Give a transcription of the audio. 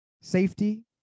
safety